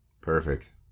Perfect